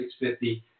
$650